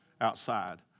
outside